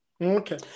Okay